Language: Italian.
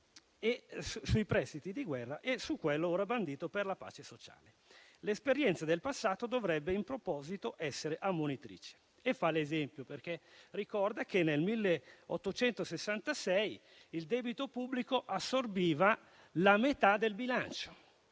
sui prestiti di guerra e su quello ora bandito per la pace sociale. L'esperienza del passato dovrebbe in proposito essere ammonitrice. Einaudi allora fa un esempio, perché ricorda che nel 1866 il debito pubblico assorbiva la metà del bilancio